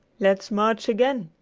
let's march again,